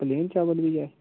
plain चावल बी ऐ